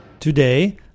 Today